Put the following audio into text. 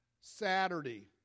Saturday